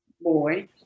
boy